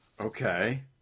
Okay